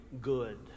good